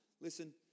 Listen